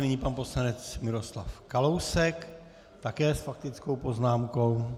Nyní pan poslanec Miroslav Kalousek, také s faktickou poznámkou.